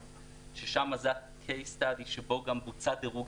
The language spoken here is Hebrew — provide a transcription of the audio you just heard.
ששם זה ה"קייס סטאדי" שבו גם בוצע דירוג